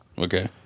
Okay